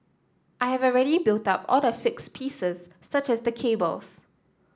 I have already built up all the fixed pieces such as the cables